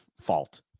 fault